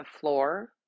floor